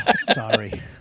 Sorry